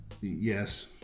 Yes